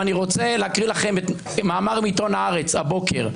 אני רוצה להקריא לכם מאמר מעיתון הארץ הבוקר,